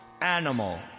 animal